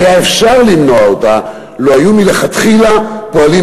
והיה אפשר למנוע אותה מלכתחילה לו היו פועלים